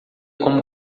como